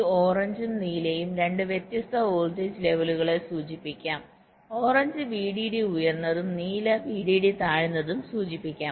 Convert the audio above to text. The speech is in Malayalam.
ഈ ഓറഞ്ചും നീലയും രണ്ട് വ്യത്യസ്ത വോൾട്ടേജ് ലെവലുകളെ സൂചിപ്പിക്കാം ഓറഞ്ച് VDD ഉയർന്നതും നീല VDD താഴ്ന്നതും സൂചിപ്പിക്കാം